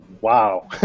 Wow